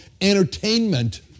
entertainment